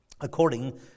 according